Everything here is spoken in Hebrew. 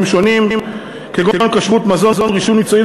שונים כגון כשרות מזון ורישום נישואים,